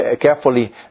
Carefully